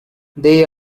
they